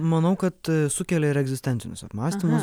manau kad sukelia ir egzistencinius apmąstymus